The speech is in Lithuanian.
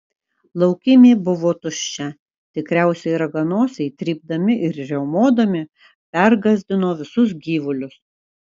laukymė buvo tuščia tikriausiai raganosiai trypdami ir riaumodami pergąsdino visus gyvulius